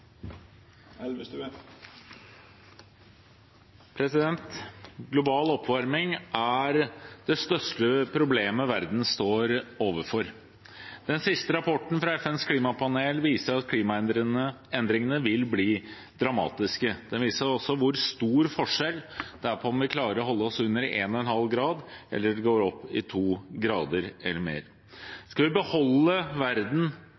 avslutta. Global oppvarming er det største problemet verden står overfor. Den siste rapporten fra FNs klimapanel viser at klimaendringene vil bli dramatiske. Den viser også hvor stor forskjell det er på om vi klarer å holde oss under 1,5 grader, eller om vi går opp til 2 grader eller mer. Skal vi beholde en gjenkjennelig verden,